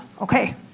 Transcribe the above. okay